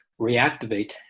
reactivate